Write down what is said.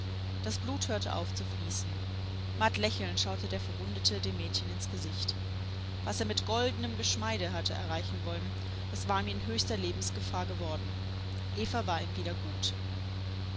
das blut hörte auf zu fließen matt lächelnd schaute der verwundete dem mädchen ins gesicht was er mit goldenem geschmeide hatte erreichen wollen das war ihm in höchster lebensgefahr geworden eva war ihm wieder gut